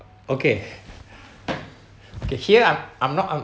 okay here okay I'm not I'm